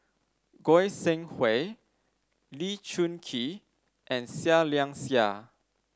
Goi Seng Hui Lee Choon Kee and Seah Liang Seah